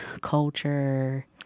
culture